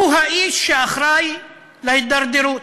הוא האיש שאחראי להידרדרות,